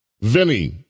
Vinny